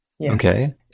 Okay